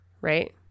right